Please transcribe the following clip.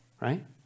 right